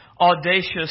audacious